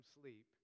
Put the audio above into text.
sleep